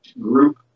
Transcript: group